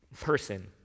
person